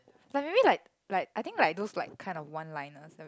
like maybe like like I think like those like kind of one liners